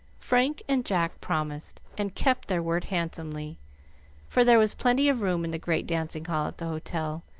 frank and jack promised, and kept their word handsomely for there was plenty of room in the great dancing-hall at the hotel,